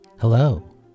Hello